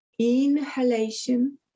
Inhalation